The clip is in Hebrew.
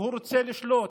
והוא רוצה לשלוט